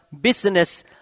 business